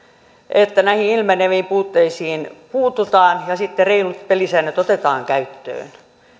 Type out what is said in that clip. että näihin ilmeneviin puutteisiin puututaan ja sitten reilut pelisäännöt otetaan käyttöön